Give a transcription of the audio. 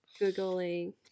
Googling